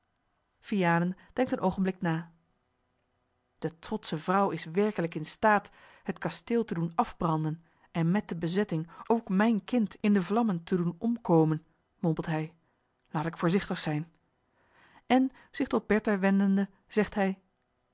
vianen denkt een oogenblik na de trotsche vrouw is werkelijk in staat het kasteel te doen afbranden en met de bezetting ook mijn kind in de vlammen te doen omkomen mompelt hij laat ik voorzichtig zijn en zich tot bertha wendende zegt hij